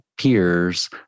peers